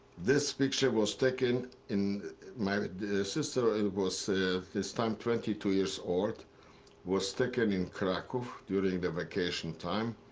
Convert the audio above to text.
this picture was taken in my sister and was this time twenty two years old was taken in krakow during the vacation time,